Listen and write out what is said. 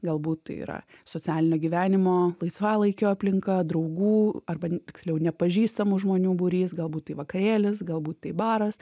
galbūt tai yra socialinio gyvenimo laisvalaikio aplinka draugų arba tiksliau nepažįstamų žmonių būrys galbūt tai vakarėlis galbūt tai baras